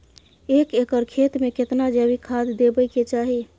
एक एकर खेत मे केतना जैविक खाद देबै के चाही?